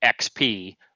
XP